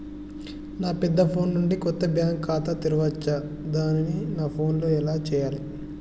నా పెద్ద ఫోన్ నుండి కొత్త బ్యాంక్ ఖాతా తెరవచ్చా? దానికి నా ఫోన్ లో ఏం చేయాలి?